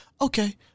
Okay